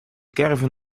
caravan